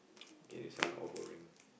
okay this one all boring